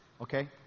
Okay